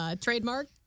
Trademark